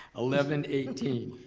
eleven eighteen.